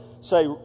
say